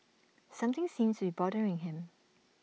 something seems to be bothering him